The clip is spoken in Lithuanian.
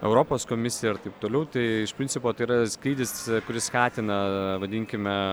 europos komisija ir taip toliau tai iš principo tai yra skrydis kuris skatina vadinkime